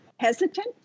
hesitant